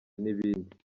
n’ibindi